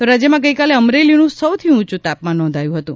તો રાજ્યમાં ગઇકાલે અમરેલીનું સૌથી ઉંચું તાપમાન નોંધાયું હતું